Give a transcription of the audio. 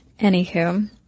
Anywho